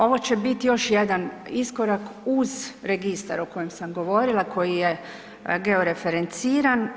Ovo će bit još jedan iskorak uz registar o kojem sam govorila, koji je georeferenciran.